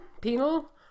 penal